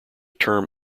term